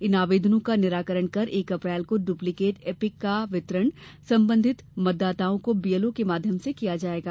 इन आवेदनों का निराकरण कर एक अप्रैल को डुप्लीकेट ईपिक का वितरण संबंधित मतदाताओं को बीएलओ के माध्यम से किया जायेगा